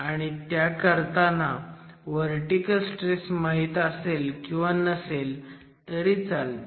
आणि त्या करताना व्हर्टिकल स्ट्रेस माहीत असेल किंवा नसेल तरी चालतं